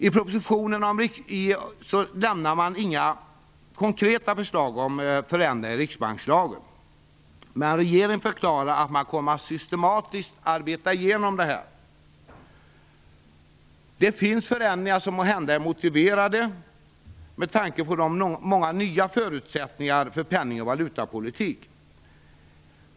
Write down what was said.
I propositionen väcker man inga konkreta förslag om förändringar i riksbankslagen. Men regeringen förklarar att man systematiskt kommer att arbeta igenom detta. Det finns förändringar som måhända är motiverade med tanke på de många nya förutsättningarna för penning och valutapolitik.